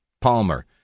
Palmer